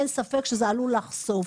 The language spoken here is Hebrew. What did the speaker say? אין ספק שזה עלול לחשוף.